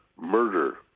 murder